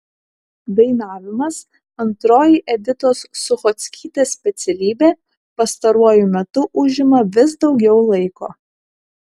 dainavimas antroji editos suchockytės specialybė pastaruoju metu užima vis daugiau laiko